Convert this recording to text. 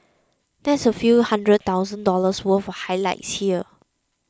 that's a few hundred thousand dollars worth of highlights here